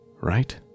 Right